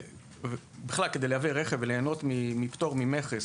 ובכלל כדי לייבא רכב וליהנות מפטור ממכס